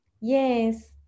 Yes